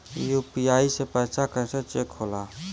UPI से पैसा कैसे चेक होला?